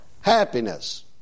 Happiness